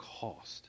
cost